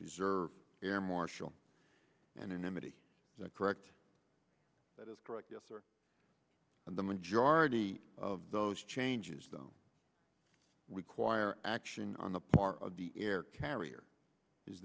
preserve air marshal anonymity correct that is correct yes sir and the majority of those changes don't require action on the part of the air carrier is